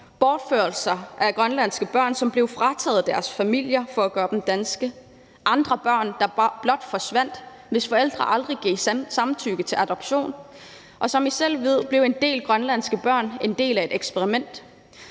Bortførelser af grønlandske børn, som blev frataget deres familier for at gøre dem danske; andre børn, der blot forsvandt, hvis forældre aldrig gav samtykke til adoption, og som I selv ved, blev en del grønlandske børn en del af et eksperiment.